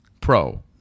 Pro